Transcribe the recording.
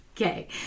Okay